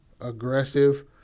aggressive